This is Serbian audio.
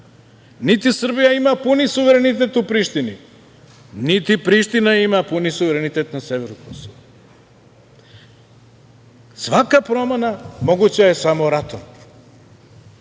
niti Srbija ima puni suverenitet u Prištini, niti Priština ima puni suverenitet na severu Kosova. Svaka promena moguća je samo ratom. Zato